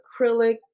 acrylic